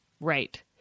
Right